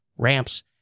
ramps